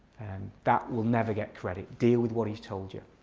that will never get credit. deal with what he's told you.